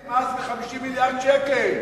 הורדתם מס ב-50 מיליארד שקל.